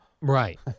Right